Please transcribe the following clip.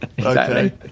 Okay